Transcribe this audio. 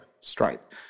Stripe